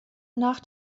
nach